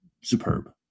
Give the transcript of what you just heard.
Superb